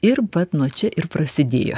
ir vat nuo čia ir prasidėjo